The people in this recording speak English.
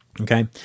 okay